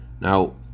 Now